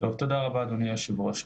תודה רבה, אדוני היושב-ראש.